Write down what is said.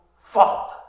fault